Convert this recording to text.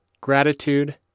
gratitude